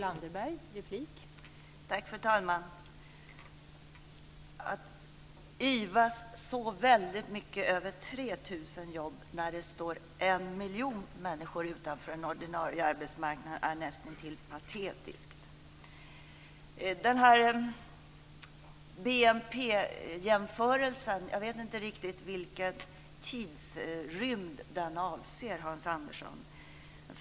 Fru talman! Att yvas så väldigt mycket över 3 000 jobb när det står en miljon människor utanför den ordinarie arbetsmarknaden är nästintill patetiskt. Jag vet inte riktigt vilken tidsrymd som BNP jämförelsen avser, Hans Andersson.